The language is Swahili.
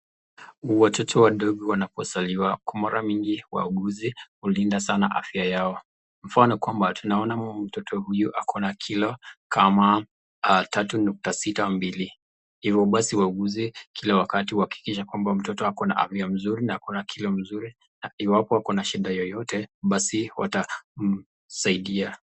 Watoto wadogo wanapozaliwa kwa mara mingi wauguzi hulinda sana afya yao. Mfano kwamba tunaona mtoto huyu ako na kilo kama tatu nukta sita mbili. Hivyo basi wauguzi kila wakati huhakikisha mtoto ako na afya mzuri na kilo mzuri iwapo ako na shida yoyote basi watamsaidia.